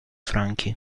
franchi